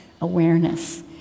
awareness